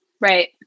Right